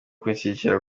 kunshyigikira